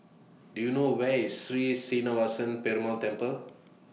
Do YOU know Where IS Sri Srinivasa Perumal Temple